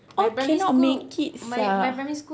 all cannot make it sia